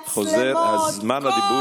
המצלמות, זמן הדיבור שלה הסתיים.